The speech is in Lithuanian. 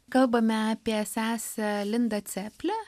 kalbame apie sesę lindą ceplę